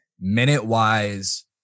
Minute-wise